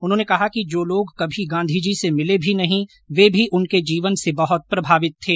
उन्होंने कहा कि जो लोग कभी गांधीजी से मिले भी नहीं वे भी उनके जीवन से बहुत प्रभावित थे